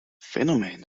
fenomén